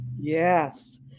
Yes